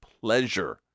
pleasure